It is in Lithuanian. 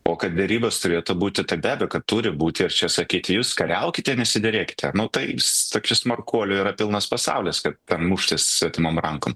o kad derybos turėtų būti tai be abejo kad turi būti ir čia sakyti jus kariaukite nesiderėkite nu tais tokių smarkuolių yra pilnas pasaulis kad ten muštis svetimom rankom